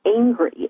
angry